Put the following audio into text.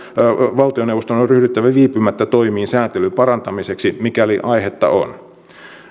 valtioneuvoston on ryhdyttävä viipymättä toimiin sääntelyn parantamiseksi mikäli aihetta on